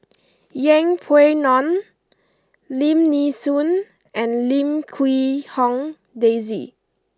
Yeng Pway Ngon Lim Nee Soon and Lim Quee Hong Daisy